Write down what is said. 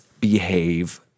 behave